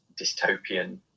dystopian